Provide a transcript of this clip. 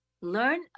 learn